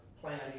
planning